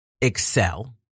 excel